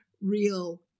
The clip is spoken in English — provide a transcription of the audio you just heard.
real